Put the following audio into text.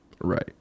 right